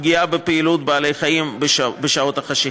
פגיעה בפעילות בעלי חיים בשעות החשכה.